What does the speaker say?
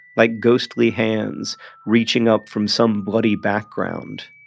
like ghostly hands reaching up from some bloody background.